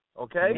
Okay